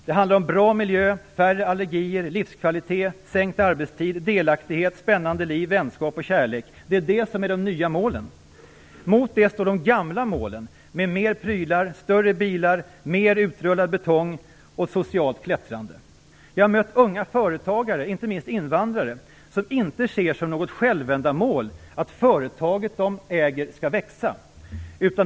Det handlar om bra miljö, färre allergier, livskvalitet, sänkt arbetstid, delaktighet, spännande liv, vänskap och kärlek. Det är de nya målen. Mot det står de gamla målen med mer prylar, större bilar, mer utrullad betong och socialt klättrande. Jag har mött unga företagare, inte minst invandrare, som inte ser som något självändamål att företaget de äger skall växa.